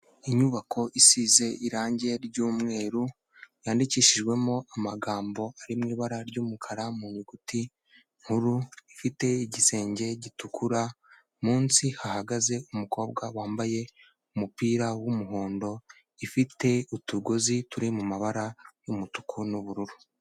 Inyubako isize irangi ry'umweru yandikishijwemo amagambo ari mu ibara ry'umukara mu nyuguti nkuru ifite igisenge gitukura, munsi hahagaze umukobwa wambaye umupira w'umuhondo, ifite utugozi turi mu mabara y'umutuku n'ubururu.